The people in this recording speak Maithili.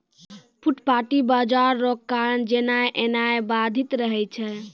फुटपाटी बाजार रो कारण जेनाय एनाय बाधित रहै छै